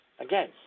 Again